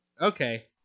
Okay